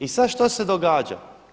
I sad što se događa?